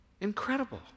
Incredible